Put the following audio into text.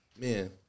Man